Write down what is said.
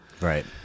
Right